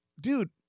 dude